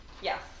Yes